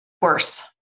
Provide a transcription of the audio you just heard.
worse